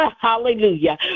Hallelujah